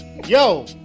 yo